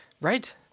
Right